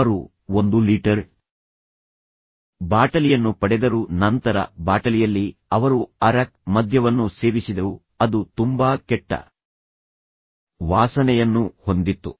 ಅವರು ಒಂದು ಲೀಟರ್ ಬಾಟಲಿಯನ್ನು ಪಡೆದರು ನಂತರ ಬಾಟಲಿಯಲ್ಲಿ ಅವರು ಅರ್ರ್ಯಾಕ್ ಮದ್ಯವನ್ನು ಸೇವಿಸಿದರು ಅದು ತುಂಬಾ ಕೆಟ್ಟ ವಾಸನೆಯನ್ನು ಹೊಂದಿತ್ತು